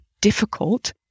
difficult